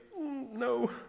no